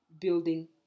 building